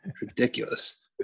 Ridiculous